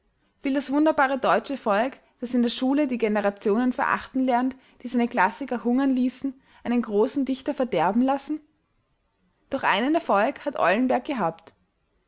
will das wunderbare deutsche volk das in der schule die generationen verachten lernt die seine klassiker hungern ließen einen großen dichter verderben lassen doch einen erfolg hat eulenberg gehabt